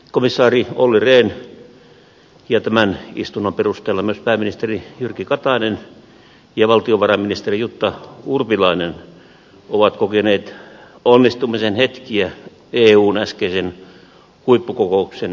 komissaari olli rehn ja tämän istunnon perusteella myös pääministeri jyrki katainen ja valtiovarainministeri jutta urpilainen ovat kokeneet onnistumisen hetkiä eun äskeisen huippukokouksen tuloksista